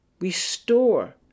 Restore